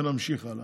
ולהמשיך הלאה.